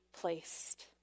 placed